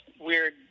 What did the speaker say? weird